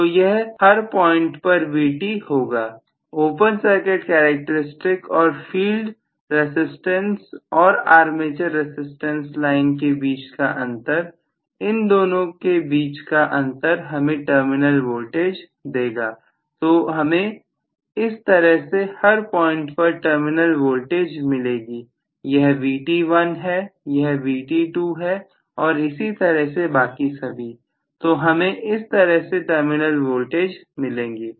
तो यह हर पॉइंट पर Vt होगा ओपन सर्किट करैक्टेरिस्टिक्स और फील्ड रसिस्टेंस और आर्मेचर रसिस्टेंस लाइन के बीच का अंतर इन दोनों के बीच का अंतर हमें टर्मिनल वोल्टेज देगा तो हमें इस तरह से हर पॉइंट पर टर्मिनल वोल्टेज मिलेगी यह Vt1 है यह Vt2 है और इसी तरह से बाकी सभी तो हमें इस तरह से टर्मिनल वोल्टेज मिलेंगी